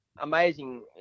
amazing